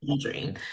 dream